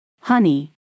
Honey